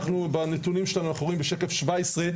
בנתונים שאנחנו רואים בשקף 17,